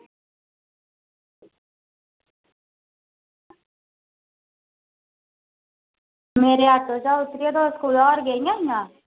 मेरे ऑटो चा उतरियै तुस कुदै होर गेइयां हियां